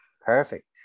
Perfect